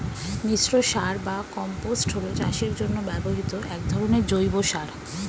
মিশ্র সার বা কম্পোস্ট হল চাষের জন্য ব্যবহৃত এক ধরনের জৈব সার